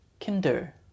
Kinder